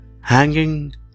Hanging